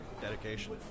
dedication